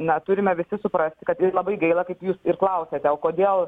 na turime visi suprasti kad ir labai gaila kaip jūs ir klausėte o kodėl